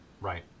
right